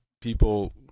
people